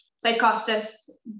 psychosis